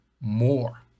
more